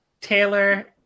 Taylor